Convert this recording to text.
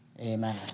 Amen